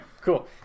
Cool